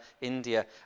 India